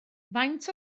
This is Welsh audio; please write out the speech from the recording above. faint